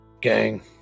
gang